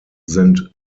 sind